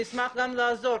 אני אשמח גם לעזור,